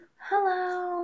Hello